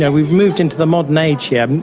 yeah we've moved into the modern age here.